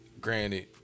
Granted